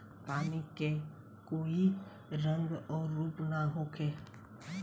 पानी के कोई रंग अउर रूप ना होखें